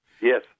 Yes